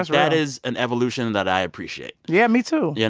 ah that is an evolution that i appreciate yeah, me, too. yeah